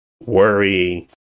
worry